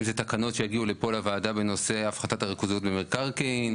אם זה תקנות שיגיע לפה לוועדה בנושא הפחתת הריכוזיות במקרקעין,